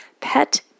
Pet